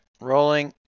Rolling